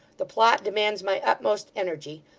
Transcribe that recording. the plot demands my utmost energy.